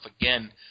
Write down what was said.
again